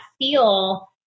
feel